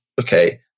okay